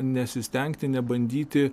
nesistengti nebandyti